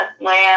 land